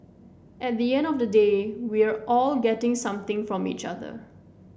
at the end of the day we're all getting something from each other